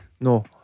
no